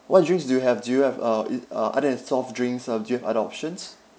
what drinks do you have do you have uh it uh other than soft drinks uh do you have other options